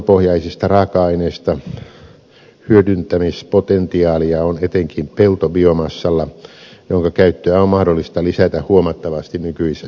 biopohjaisista raaka aineista hyödyntämispotentiaalia on etenkin peltobiomassalla jonka käyttöä on mahdollista lisätä huomattavasti nykyisestä